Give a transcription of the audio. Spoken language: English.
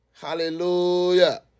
Hallelujah